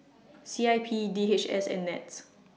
C I P D H S and Nets